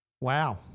Wow